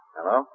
Hello